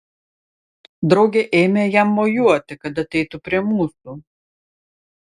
draugė ėmė jam mojuoti kad ateitų prie mūsų